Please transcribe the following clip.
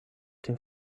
dem